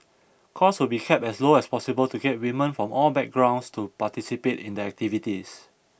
costs will be kept as low as possible to get women from all backgrounds to participate in the activities